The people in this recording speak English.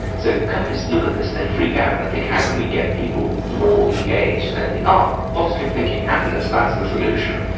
so companies look at this and they freak out and they think how can we get people more engaged, and they think, oh, positive thinking, happiness, that's the solution.